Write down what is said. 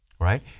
right